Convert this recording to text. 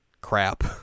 Crap